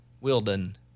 Wilden